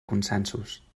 consensos